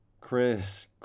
Chris